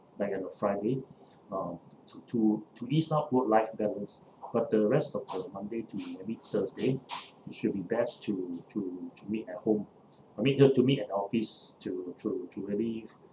like on on friday um to to to ease up work life balance but the rest of the monday to maybe thursday it should be best to to to meet at home I mean ju~ to meet at office to to to really